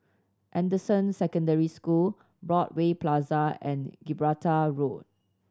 Anderson Secondary School Broadway Plaza and Gibraltar Road